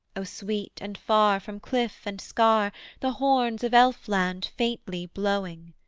o sweet and far from cliff and scar the horns of elfland faintly blowing!